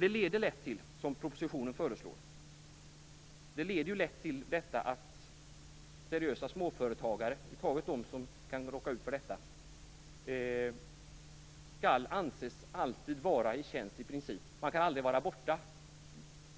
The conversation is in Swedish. Det som föreslås i propositionen leder lätt till att man anser att seriösa småföretagare - och över huvud taget de som kan råka ut för detta - i princip alltid skall vara i tjänst. De kan aldrig vara borta